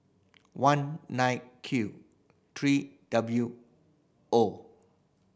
one nine Q three W O